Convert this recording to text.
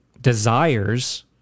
desires